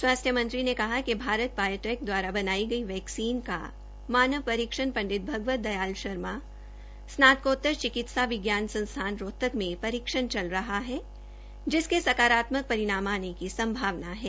स्वास्थ्य मंत्री ने कहा कि भारत बायोटेक द्वारा बनाई गई वैक्सीन का मानव परीक्षण पंडित भगवत दयाल शर्मा स्नातकोत्तर चिकित्सा विज्ञान संस्थान रोहतक में परीक्षण चल रहा जिसके सकारात्मक परिणाम आने की संभावना है